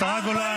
השרה גולן,